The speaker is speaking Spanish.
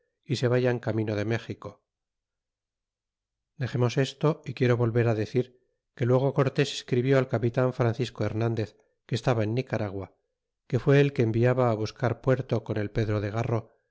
y se vayan camino de méxico dexemos esto y quiero volver decir que luego cortes escribió al capitan francisco hernandez que estaba en nicaragua que fue el que enviaba buscar puerto con el pedro de garro